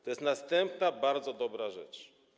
To jest następna bardzo dobra rzecz.